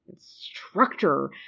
structure